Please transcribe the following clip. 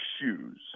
shoes